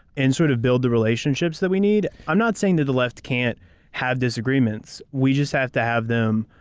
and sort of build the relationships that we need. i'm not saying that the left can't have disagreements. we just have to have them,